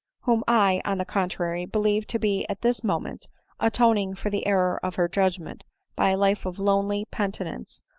whom i, on the contrary, believe to be at this moment atoning for the error of her judgment by a life of lonely penitence,